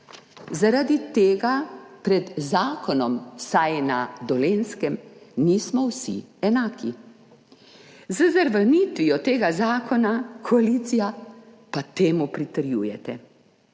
Zaradi tega pred zakonom vsaj na Dolenjskem nismo vsi enaki. Z zavrnitvijo tega zakona, koalicija, pa temu pritrjujete.